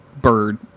bird